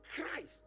Christ